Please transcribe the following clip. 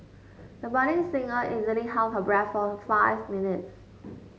the budding singer easily held her breath for five minutes